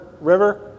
river